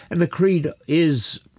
and the creed is,